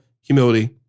humility